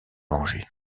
venger